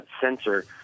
sensor